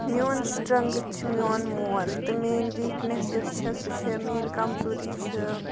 میٛون سِٹرٛنٛگٕتھ چھُ میٛون مول تہٕ میٛٲنۍ ویٖکنٮ۪س یۄس چھےٚ سُہ چھِ میٛٲنۍ کَمزوٗری چھِ